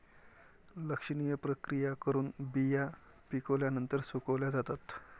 लक्षणीय प्रक्रिया करून बिया पिकल्यानंतर सुकवल्या जातात